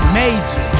major